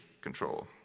control